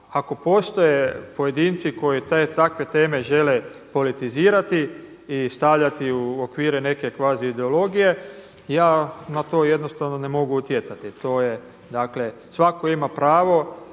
ako postoje pojedinci koji takve teme politizirati i stavljati u okvire neke kvazi ideologije, ja na to jednostavno ne mogu utjecati. Svako ima pravo